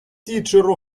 teacher